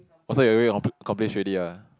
oh so you accomplish already ah